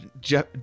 jeff